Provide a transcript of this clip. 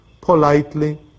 politely